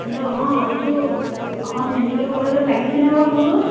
hello অঁ এইটো Assam medical কলেজত লাগিছেনে বাৰু ফোনটো